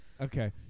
Okay